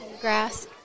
Grass